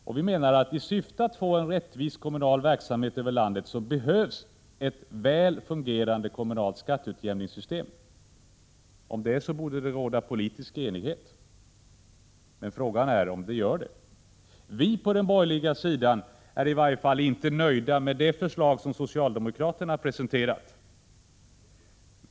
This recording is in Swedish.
Och vi menar att i syfte att få en rättvis kommunal verksamhet över landet behövs ett väl fungerande kommunalt skatteutjämningssystem. Om det borde det råda politisk enighet, men frågan är om det gör det. Vi på den borgerliga sidan är i varje fall inte nöjda med det förslag som socialdemokraterna presenterat.